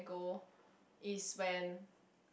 go is when